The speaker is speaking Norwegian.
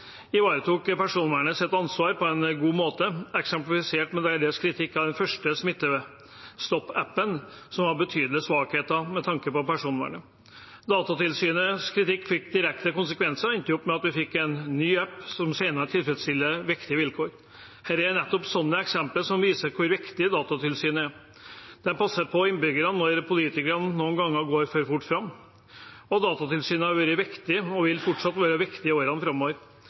ivaretok tilsynet personvernansvaret på en god måte, eksemplifisert med deres kritikk av den første smittestopp-appen, som hadde betydelige svakheter med tanke på personvernet. Datatilsynets kritikk fikk direkte konsekvenser og endte opp med at vi fikk en ny app, som senere tilfredsstilte viktige vilkår. Det er nettopp sånne eksempler som viser hvor viktig Datatilsynet er. De passer på innbyggerne når politikerne noen ganger går for fort fram. Datatilsynet har vært viktig og vil fortsatt være viktig i årene framover.